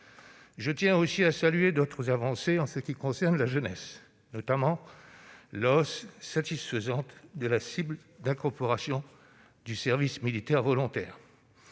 Je tiens aussi à saluer d'autres avancées en ce qui concerne la jeunesse, notamment la hausse satisfaisante de la cible d'incorporation du service militaire volontaire.